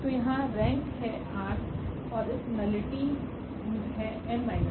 तो यहाँ रेंक है𝑟और इस नलिटी है𝑛 𝑟